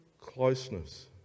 closeness